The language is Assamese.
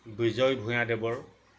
বিজয় ভূঞাদেৱৰ